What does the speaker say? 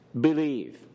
Believe